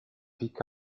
pick